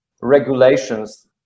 regulations